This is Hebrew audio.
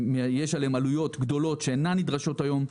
יש עליהם עלויות גדולות שאינן נדרשות כיום.